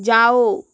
जाओ